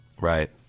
Right